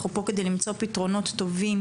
אנחנו פה כדי למצוא פתרונות טובים,